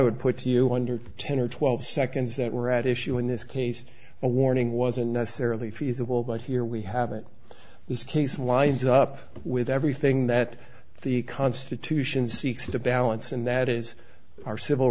would put you under ten or twelve seconds that were at issue in this case a warning wasn't necessarily feasible but here we have it this case lines up with everything that the constitution seeks to balance and that is our civil